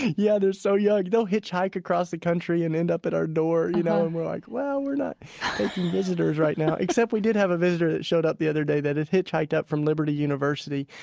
yeah. they're so young. they'll hitchhike across the country and end up at our door, you know. and we're, like, well, we're not taking visitors right now, except we did have a visitor that showed up the other day that had hitchhiked up from liberty university,